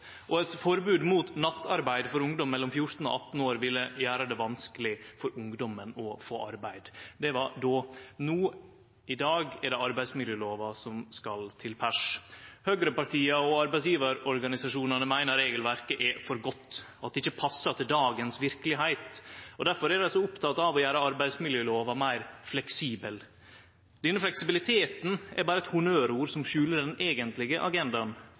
og eit forbod mot nattarbeid for ungdom mellom 14 og 18 år ville gjere det vanskeleg for ungdommen å få arbeid. Det var då. No, i dag, er det arbeidsmiljølova som skal til pers. Høgrepartia og arbeidsgjevarorganisasjonane meiner regelverket er for godt, at det ikkje passar til dagens verkelegheit. Difor er dei så opptekne av å gjere arbeidsmiljølova meir fleksibel. Denne fleksibiliteten er berre eit honnørord som skjuler den eigentlege agendaen: